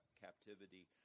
captivity